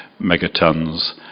megatons